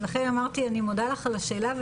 אני מודה לך על השאלה.